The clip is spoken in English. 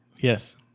Yes